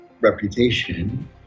reputation